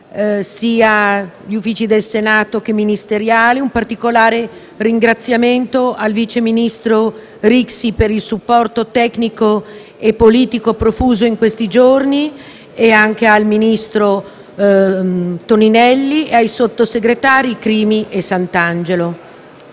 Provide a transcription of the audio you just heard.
gli Uffici, sia del Senato che ministeriali. Rivolgo poi un particolare ringraziamento al vice ministro Rixi per il supporto tecnico e politico profuso in questi giorni e anche al ministro Toninelli, nonché ai sottosegretari Crimi e Santangelo.